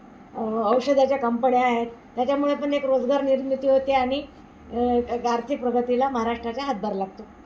औषधाच्या कंपण्या आहेत त्याच्यामुळे पण एक रोजगार निर्मिती होते आणि आर्थिक प्रगतीला महाराष्ट्राच्या हातभार लागतो